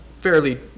fairly